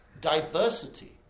diversity